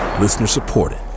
Listener-supported